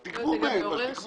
אז תגבו מן המפעילים.